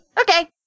Okay